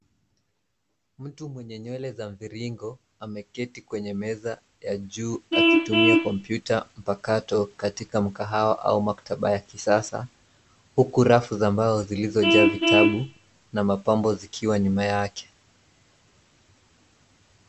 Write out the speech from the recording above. Mtu mwenye nywele mviringo, ameketi kwenye meza ya juu akitumia kompyuta mpakato katika mkahawa, au maktaba ya kisasa, huku rafu za mbao zilizojaa vitabu, na mapambo zikiwa nyuma yake.